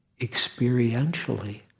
experientially